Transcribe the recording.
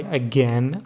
again